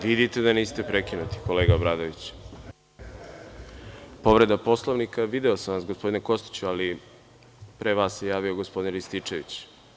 Vidite da niste prekinuti, kolega Obradoviću. (Ivan Kostić: Povreda Poslovnika.) Video sam vas, gospodine Kostiću, ali pre vas se javio gospodin Rističević.